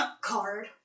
card